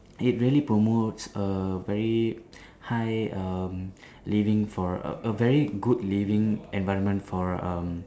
it really promotes a very high um living for a a very good living environment for um